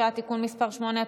העירוניים ברשויות המקומיות (הוראת שעה) (תיקון מס' 9),